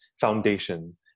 foundation